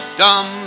dumb